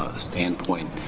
standpoint,